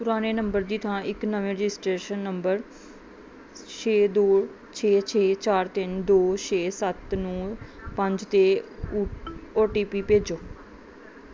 ਪੁਰਾਣੇ ਨੰਬਰ ਦੀ ਥਾਂ ਇੱਕ ਨਵੇਂ ਰਜਿਸਟ੍ਰੇਸ਼ਨ ਨੰਬਰ ਛੇ ਦੋ ਛੇ ਛੇ ਚਾਰ ਤਿੰਨ ਦੋ ਛੇ ਸੱਤ ਨੌਂ ਪੰਜ 'ਤੇ ਊ ਓ ਟੀ ਪੀ ਭੇਜੋ